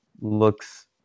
looks